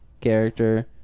character